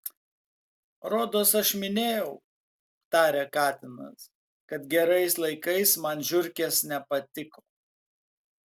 rodos aš minėjau tarė katinas kad gerais laikais man žiurkės nepatiko